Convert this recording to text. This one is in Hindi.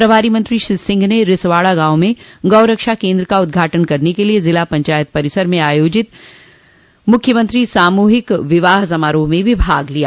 प्रभारी मंत्री श्री सिंह ने रिसवाड़ा गांव में गौरक्षा केन्द्र का उद्घाटन करने के लिये जिला पंचायत परिसर में आयोजित मुख्यमंत्री सामूहिक विवाह समारोह में भी भाग लिया